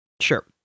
Sure